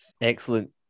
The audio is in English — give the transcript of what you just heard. Excellent